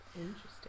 Interesting